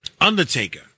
Undertaker